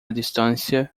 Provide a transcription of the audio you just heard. distância